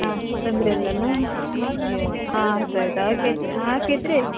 ಹಾಂ ತೊಂದರೆ ಇಲ್ಲಲ್ಲ ಹಾಂ ಹಾಂ ಆಯ್ತು ಆಯ್ತು ಹಾಗಿದ್ರೆ